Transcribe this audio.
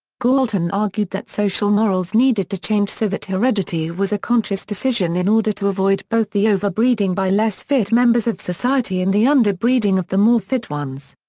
galton argued that social morals needed to change so that heredity was a conscious decision in order to avoid both the over-breeding by less fit members of society and the under-breeding of the more fit ones.